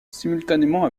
simultanément